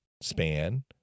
span